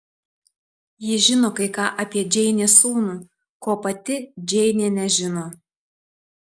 ji žino kai ką apie džeinės sūnų ko pati džeinė nežino